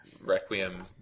Requiem